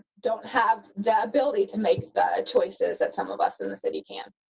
don't have the ability to make the choices that some of us in the city can.